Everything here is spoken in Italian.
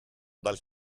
dal